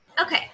Okay